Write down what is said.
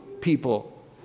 people